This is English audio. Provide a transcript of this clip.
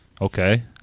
Okay